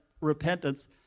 repentance